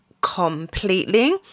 completely